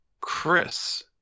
chris